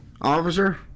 Officer